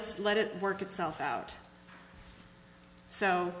its let it work itself out so